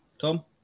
Tom